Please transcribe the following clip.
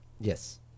Yes